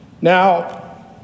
Now